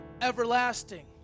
everlasting